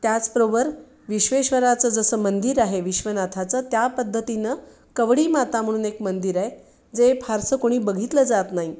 त्याचबरोबर विश्वेश्वराचं जसं मंदिर आहे विश्वनाथाचं त्या पद्धतीनं कवडी माता म्हणून एक मंदिर आहे जे फारसं कोणी बघितलं जात नाही